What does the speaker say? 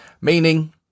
meaning